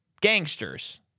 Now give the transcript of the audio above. Gangsters